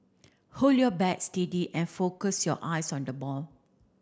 hold your bat steady and focus your eyes on the ball